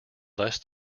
less